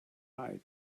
eye